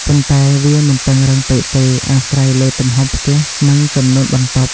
ប៉ុន្តែវាមិនតឹងរ៉ឹងពេកទេ អាស្រ័យលើទំហំផ្ទះ និងចំនួនបន្ទប់។